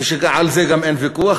וגם על זה אין ויכוח,